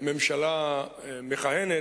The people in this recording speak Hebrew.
ממשלה מכהנת,